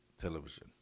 television